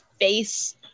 face